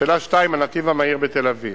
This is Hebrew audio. שאלה 2, הנתיב המהיר בתל-אביב,